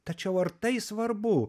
tačiau ar tai svarbu